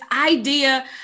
idea